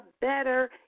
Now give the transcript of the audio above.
better